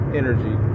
energy